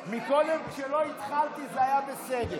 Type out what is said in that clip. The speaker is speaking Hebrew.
קודם, כשלא התחלתי, זה היה בסדר.